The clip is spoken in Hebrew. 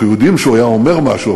אנחנו יודעים שהוא היה אומר משהו,